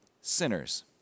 Sinners